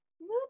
whoop